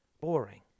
boring